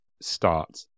start